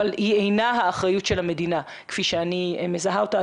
אבל היא אינה אחריות של המדינה כפי שאני מזהה אותה,